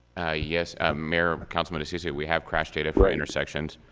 yes, ah mayor, councilman diciccio, we have crash data. for intersections.